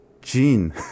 gene